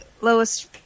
Lois